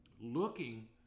looking